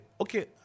Okay